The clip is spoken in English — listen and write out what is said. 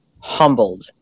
humbled